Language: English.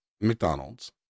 McDonald's